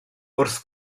wrth